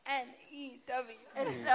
N-E-W